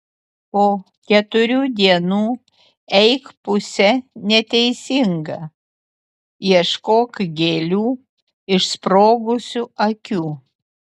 po keturių dienų eik puse neteisinga ieškok gėlių išsprogusių akių